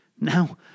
Now